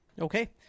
Okay